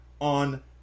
on